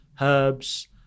herbs